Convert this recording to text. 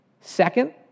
Second